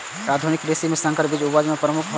आधुनिक कृषि में संकर बीज उपज में प्रमुख हौला